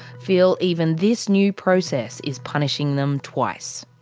feel even this new process is punishing them twice.